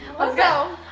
ah go!